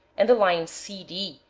and the line c, d,